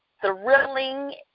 thrilling